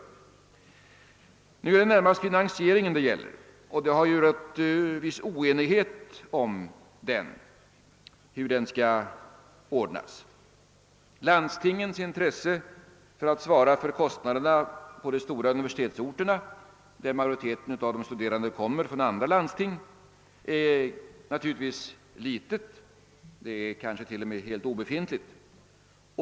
Det gäller nu närmast finansieringen, och det har rått viss oenighet om hur denna skall ordnas. Landstingens intresse för att svara för kostnaderna på de stora universitetsorterna, där majoriteten av de studerande kommer från andra landsting, är naturligtvis ringa, kanske t.o.m. helt obefintligt.